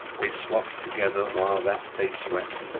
they swapped together, while that they sweat,